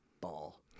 ball